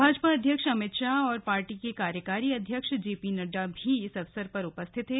भाजपा अध्यक्ष अमित शाह और पार्टी के कार्यकारी अध्यक्ष जे पी नड्डा भी इस अवसर पर उपस्थित थे